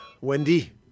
Wendy